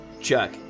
Chuck